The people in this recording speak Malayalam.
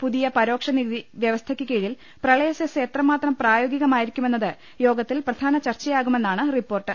പുതിയ പരോക്ഷ നികുതി വ്യവ സ്ഥയ്ക്ക് കീഴിൽ പ്രളയ സെസ് എത്രമാത്രം പ്രായോഗികമായിരി ക്കുമെന്നത് യോഗത്തീൽ പ്രധാന ചർച്ചയാകുമെന്നാണ് റിപ്പോർട്ട്